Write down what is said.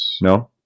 No